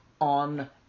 on